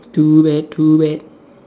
too bad too bad